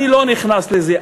אני לא נכנס לזה,